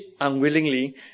unwillingly